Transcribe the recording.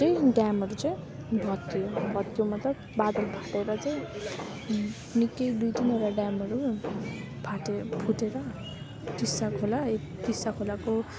चाहिँ ड्यामहरू चाहिँ भत्कियो भत्कियो मतलब बादल फाटेर चाहिँ निकै दुई तिनवटा ड्यामहरू फाटेर फुटेर टिस्टा खोला ए टिस्टा खोलाको